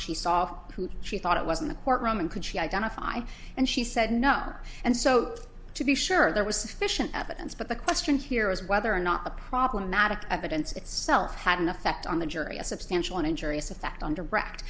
who she thought it was in the courtroom and could she identify and she said no and so to be sure there was sufficient evidence but the question here is whether or not the problematic evidence itself had an effect on the jury a substantial and injurious effect on direct